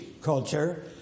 culture